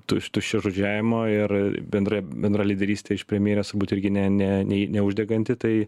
tuš tuščiažodžiavimo ir bendrai bendrą lyderystę iš premjerės turbūt irgi ne ne nei neuždeganti tai